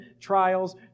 trials